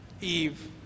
Eve